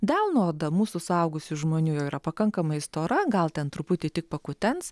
delno oda mūsų suaugusių žmonių yra pakankamai stora gal ten truputį tik pakutens